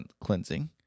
cleansing